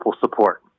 support